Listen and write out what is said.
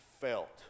felt